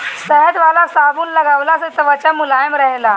शहद वाला साबुन लगवला से त्वचा मुलायम रहेला